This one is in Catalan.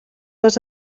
les